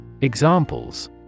Examples